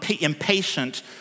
impatient